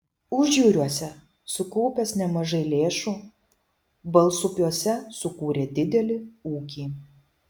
užjūriuose sukaupęs nemažai lėšų balsupiuose sukūrė didelį ūkį